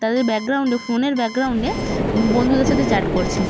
তাদের ব্যাকগ্রাউন্ডে ফোনের ব্যাকগ্রাউন্ডে বন্ধুদের সাথে চ্যাট করছে